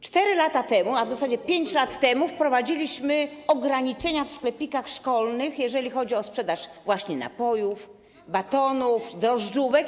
4 lata temu, a w zasadzie 5 lat temu, wprowadziliśmy ograniczenia w sklepikach szkolnych, jeżeli chodzi o sprzedaż właśnie napojów, batonów, drożdżówek.